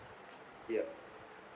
yup